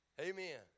Amen